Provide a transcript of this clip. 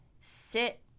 sit